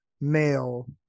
male